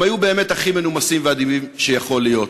הם היו באמת הכי מנומסים ואדיבים שאפשרי להיות.